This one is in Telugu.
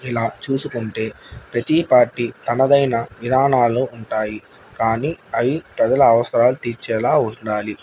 ఇలా చూసుకుంటే ప్రతీ పార్టీ తనదైన విధానాలు ఉంటాయి కానీ అవి ప్రజల అవసరాలు తీర్చేలా ఉండాలి